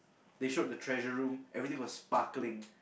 they showed the treasure room everything was sparkling